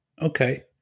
Okay